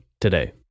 today